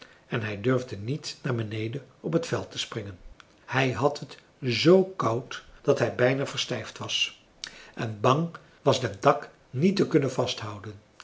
en hij durfde niet naar beneden op t veld te springen hij had het zoo koud dat hij bijna verstijfd was en bang was den tak niet te kunnen vasthouden